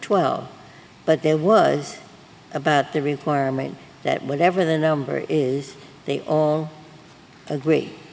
twelve but there was about the requirement that whatever the number is they all agree